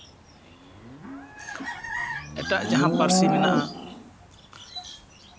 ᱮᱴᱟᱜ ᱡᱟᱦᱟᱸ ᱯᱟᱹᱨᱥᱤ ᱢᱮᱱᱟᱜᱼᱟ